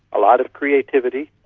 a lot of creativity,